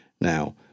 Now